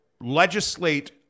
legislate